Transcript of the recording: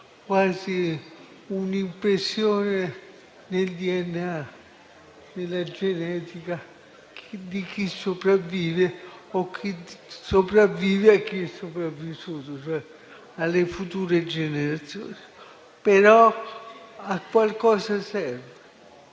quasi impressa nel DNA, nella genetica di chi sopravvive o di chi sopravvive a chi è sopravvissuto, cioè alle future generazioni. Però a qualcosa serve: